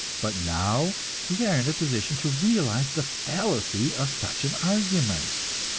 but now we are in position to realize the fallacy of such an argument.